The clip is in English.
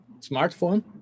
smartphone